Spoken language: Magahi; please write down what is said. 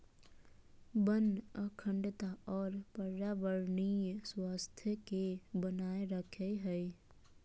वन अखंडता और पर्यावरणीय स्वास्थ्य के बनाए रखैय हइ